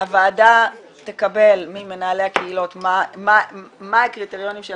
הוועדה תקבל ממנהלי הקהילות מה הקריטריונים הדרושים של